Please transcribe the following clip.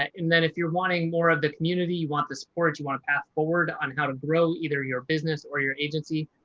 and then if you're wanting more of the community, you want the support, you want a path forward on how to grow either your business or your agency.